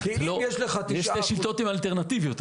שתי שיטות אלטרנטיביות.